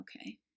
okay